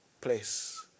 place